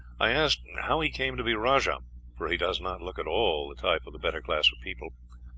i asked how he came to be rajah for he does not look at all the type of the better class of people.